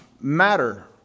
matter